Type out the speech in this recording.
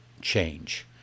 change